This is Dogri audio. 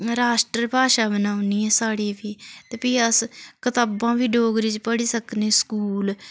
राश्ट्र भाशा बनाउनी ऐ साढ़ी बी ते फ्ही अस कताबां बी डोगरी च पढ़ी सकने स्कूल